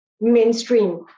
mainstream